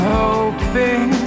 hoping